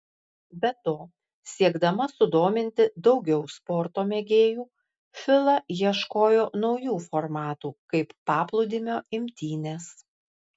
be to siekdama sudominti daugiau sporto mėgėjų fila ieškojo naujų formatų kaip paplūdimio imtynės